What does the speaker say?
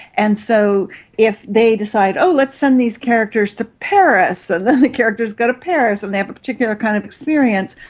and so if they decide, oh, let's send these characters to paris and then the characters go to paris and they have a particular kind of experience,